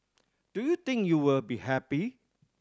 do you think you will be happy